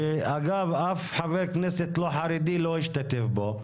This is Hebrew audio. שאגב אף חבר כנסת חרדי לא השתתף בו.